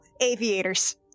aviators